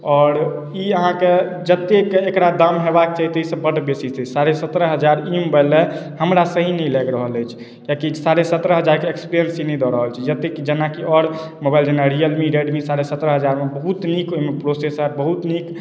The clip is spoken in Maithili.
आओर ई अहाँके जतेक एकरा दाम होयबाक चाही ताहिसँ बड बेसी छै साढ़े सत्रह हजार ई मोबाइल लए हमरा सही नहि लागि रहल अछि किएकि साढ़े सत्रह हजार के एक्सपेरिएंस ई नहि दऽ रहल छै जतेक जेनाकी आओर मोबाइल जेना रियलमी रेडमी साढ़े सत्रह हजार मे बहुत नीक ओहिमे प्रोसेसर बहुत नीक